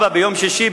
ביום שישי,